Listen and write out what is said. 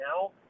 now